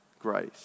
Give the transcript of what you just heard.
grace